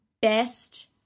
Best